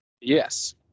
Yes